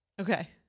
Okay